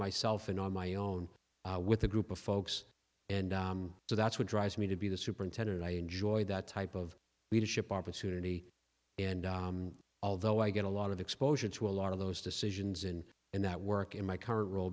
myself and on my own with a group of folks and so that's what drives me to be the superintendent i enjoy that type of leadership opportunity and although i get a lot of exposure to a lot of those decisions and in that work in my c